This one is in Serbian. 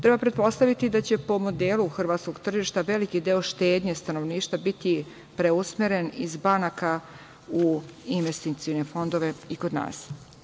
Treba pretpostaviti da će po modelu hrvatskog tržišta veliki deo štednje stanovništva biti preusmeren iz banaka u investicione fondove i kod nas.